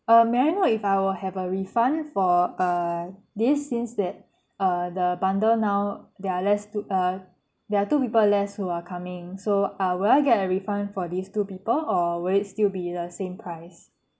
um may I know if I will have a refund for uh this since that uh the bundle now there are less two uh there are two people less who are coming so uh will I get a refund for these two people or will it still be the same price